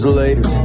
later